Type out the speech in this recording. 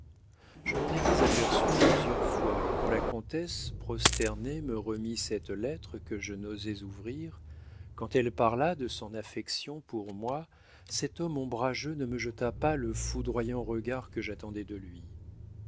je m'en étais aperçu plusieurs fois et quand la comtesse prosternée me remit cette lettre que je n'osais ouvrir quand elle parla de son affection pour moi cet homme ombrageux ne me jeta pas le foudroyant regard que j'attendais de lui